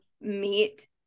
meet